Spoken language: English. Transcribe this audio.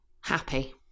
happy